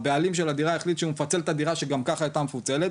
הבעלים של הדירה החליט שהוא מפצל את הדירה שגם ככה הייתה מפוצלת,